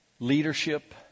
Leadership